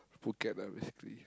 Phuket ah basically